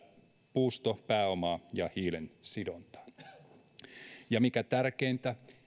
puustopääomaa ja hiilen sidontaa mikä tärkeintä